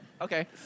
Okay